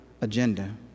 agenda